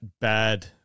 bad